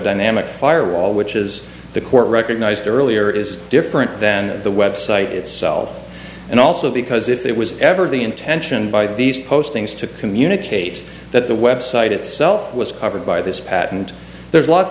dynamic firewall which is the court recognized earlier is different than the website itself and also because if it was ever the intention by these postings to communicate that the website itself was covered by this patent there's lots